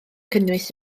cynnwys